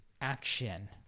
action